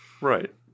Right